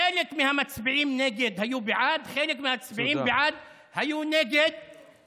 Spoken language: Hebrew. חלק מהמצביעים נגד היו בעד וחלק מהמצביעים בעד היו נגד.